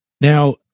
Now